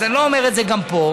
אז אני לא אומר את זה גם פה.